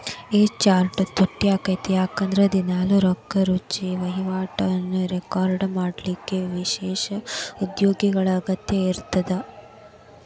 A chart ತುಟ್ಯಾಕ್ಕೇತಿ ಯಾಕಂದ್ರ ದಿನಾಲೂ ರೊಕ್ಕಾರುಜಿ ವಹಿವಾಟುಗಳನ್ನ ರೆಕಾರ್ಡ್ ಮಾಡಲಿಕ್ಕ ವಿಶೇಷ ಉದ್ಯೋಗಿಗಳ ಅಗತ್ಯ ಇರ್ತದ